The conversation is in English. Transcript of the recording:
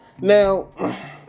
Now